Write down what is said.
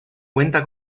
cuenta